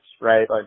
right